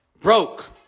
Broke